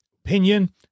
opinion